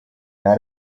nta